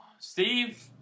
Steve